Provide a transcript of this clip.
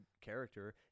character